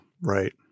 right